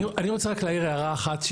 אני רוצה רק להעיר הערה אחת.